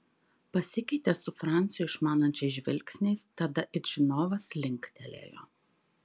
pasikeitė su franciu išmanančiais žvilgsniais tada it žinovas linktelėjo